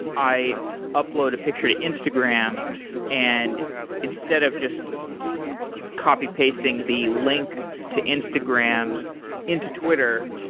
i upload a picture to instagram and instead of just copy pasting the link to instagram into twitter,